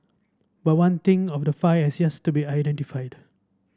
but one thing of the five has yes to be identified